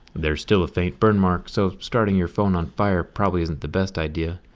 there's still a faint burn mark, so starting your phone on fire probably isn't the best idea.